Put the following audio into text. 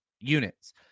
units